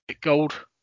gold